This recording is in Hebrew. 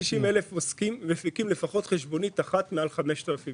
יש לנו 390 אלף עוסקים שמפיקים לפחות חשבונית אחת מעל 5,000 שקלים.